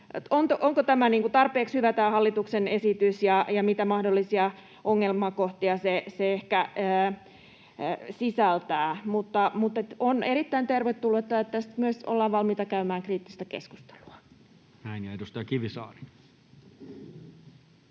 onko tämä hallituksen esitys niin kuin tarpeeksi hyvä ja mitä mahdollisia ongelmakohtia se ehkä sisältää. On erittäin tervetullutta, että tästä myös ollaan valmiita käymään kriittistä keskustelua. [Speech 148] Speaker: